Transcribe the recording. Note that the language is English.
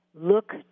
Look